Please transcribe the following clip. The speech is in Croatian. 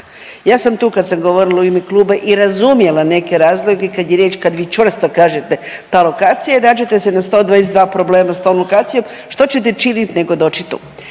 Ja sam tu kad sam govorila u ime kluba i razumjela neke razloge kad je riječ kad vi čvrsto kažete ta lokacija i nađete se na 122 problema s tom lokacijom, što ćete činiti nego doći tu.